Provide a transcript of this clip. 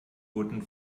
wurden